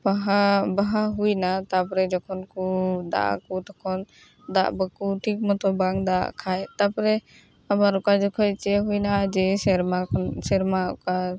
ᱵᱟᱦᱟ ᱵᱟᱦᱟ ᱦᱩᱭᱮᱱᱟ ᱛᱟᱯᱚᱨᱮ ᱡᱚᱠᱷᱚᱱ ᱠᱚ ᱫᱟᱜ ᱟᱜᱼᱟ ᱠᱚ ᱛᱚᱠᱷᱚᱱ ᱫᱟᱜ ᱵᱟᱠᱚ ᱴᱷᱤᱠ ᱢᱚᱛᱚ ᱵᱟᱝ ᱫᱟᱜ ᱟᱜ ᱠᱷᱟᱱ ᱛᱟᱯᱚᱨᱮ ᱟᱵᱟᱨ ᱚᱠᱟ ᱡᱚᱠᱷᱚᱱ ᱪᱮᱫ ᱦᱩᱭᱮᱱᱟ ᱡᱮ ᱥᱮᱨᱢᱟ ᱠᱷᱚᱱ ᱥᱮᱨᱢᱟ ᱚᱠᱟ